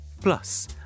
Plus